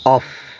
off